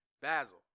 Basil